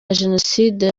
jenoside